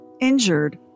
Injured